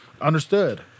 understood